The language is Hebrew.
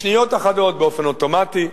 בשניות אחדות, באופן אוטומטי,